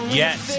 yes